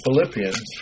Philippians